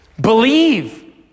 Believe